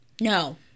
No